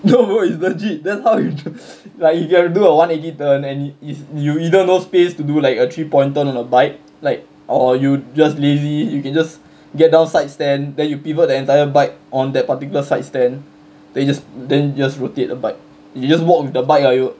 no is legit that's how you like you like you can do a one eighty turn and is you either no space to do like a three point turn on a bike like or you just lazy you can just get down side stand then you pivot the entire bike on that particular sidestand then you just then just rotate the bike you just walk with the bike ah you